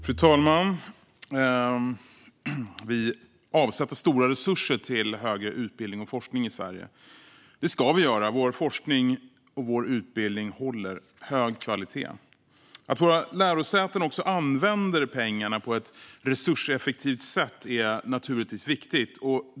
Fru talman! Vi avsätter stora resurser till högre utbildning och forskning i Sverige. Det ska vi göra. Vår forskning och vår utbildning håller hög kvalitet. Att våra lärosäten också använder pengarna på ett resurseffektivt sätt är naturligtvis viktigt.